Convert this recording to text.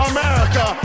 America